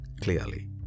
clearly